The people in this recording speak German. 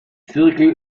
zirkel